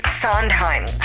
Sondheim